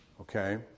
okay